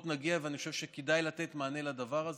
נגיע ואני חושב שכדאי לתת מענה לדבר הזה.